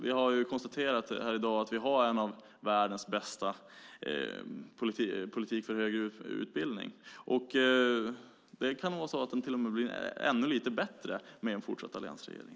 Vi har konstaterat här i dag att vi har bland den bästa politiken i världen för högre utbildning. Den kan till och med bli ännu lite bättre med en fortsatt alliansregering.